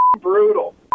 brutal